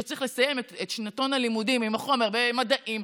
כשצריך לסיים את שנתון הלימודים עם החומר במדעים,